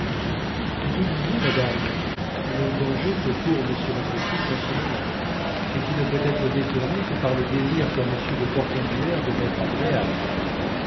vous oubliez madame le danger que court monsieur votre fils en ce moment et qui ne peut être détourné que par le désir qu'a monsieur de portenduère de m'être agréable